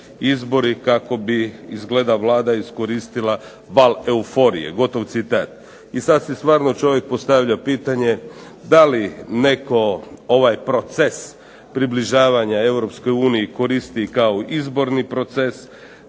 izbori kako bi izgleda Vlada iskoristila val euforije, gotov citat. I sada se stvarno postavlja pitanje da li netko ovaj proces približavanja Europskoj uniji koristi kao izborni proces,